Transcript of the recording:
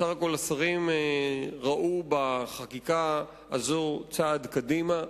בסך הכול השרים ראו בחקיקה הזאת צעד קדימה.